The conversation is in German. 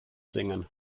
singen